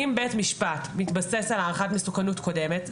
אם בית משפט מתבסס על הערכת מסוכנות קודמת,